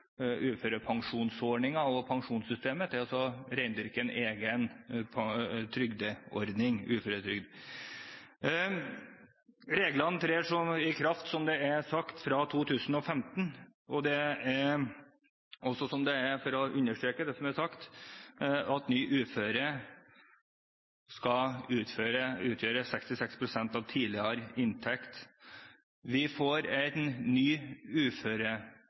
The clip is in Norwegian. uførepensjonsordningen og pensjonssystemet og gikk over til å rendyrke en egen trygdeordning: uføretrygd. Som sagt trer reglene i kraft fra 2015, og det er – også for å understreke det som er sagt – slik at ny uføretrygdordning skal utgjøre 66 pst. av tidligere inntekt. Vi får en ny